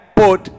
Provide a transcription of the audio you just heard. put